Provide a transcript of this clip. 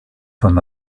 von